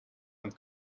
and